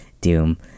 Doom